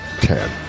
ten